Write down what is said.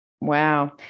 Wow